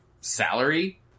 salary